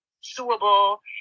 suitable